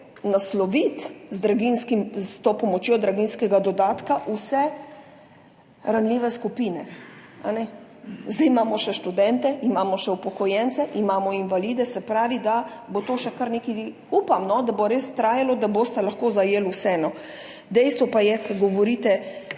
nasloviti s to pomočjo draginjskega dodatka vse ranljive skupine. Zdaj imamo še študente, imamo še upokojence, imamo invalide, se pravi, da bo to še kar nekaj. Upam, da bo res trajalo, da boste lahko zajeli vse. Dejstvo pa je, ko govorite,